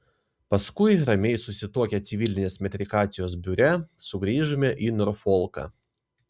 paskui ramiai susituokę civilinės metrikacijos biure sugrįžome į norfolką